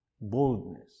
boldness